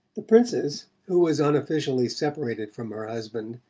the princess, who was unofficially separated from her husband,